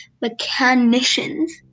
mechanicians